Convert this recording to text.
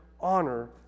honor